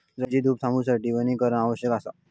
जमिनीची धूप थांबवूसाठी वनीकरण आवश्यक असा